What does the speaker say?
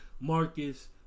Marcus